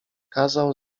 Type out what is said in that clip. kazał